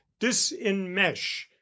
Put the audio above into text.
disenmesh